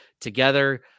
together